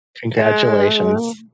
Congratulations